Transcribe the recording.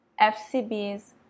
FCB's